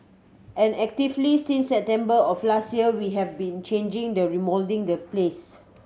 and actively since September of last year we have been changing the remoulding the place